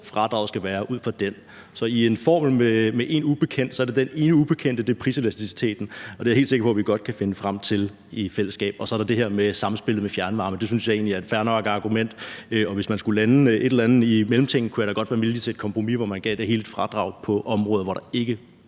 fradraget skal være. Så i en formel med én ubekendt er den ubekendte priselasticiteten, og det er jeg helt sikker på at vi godt kan finde frem til i fællesskab. Så er der det her med samspillet med fjernvarme, og det synes jeg egentlig er et fair nok argument, og hvis man skulle lande det, så det bliver en form for mellemting, kunne jeg da godt være villig til at indgå et kompromis, hvor man gav et fradrag på områder, hvor der ikke